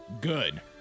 Good